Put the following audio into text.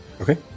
Okay